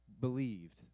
believed